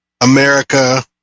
America